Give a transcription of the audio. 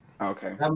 Okay